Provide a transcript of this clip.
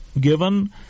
given